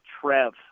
Trev